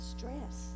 Stress